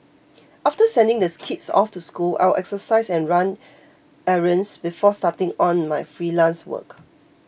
after sending the kids off to school I would exercise and run errands before starting on my freelance work